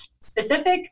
specific